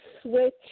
switch